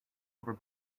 over